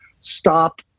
stop